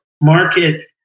market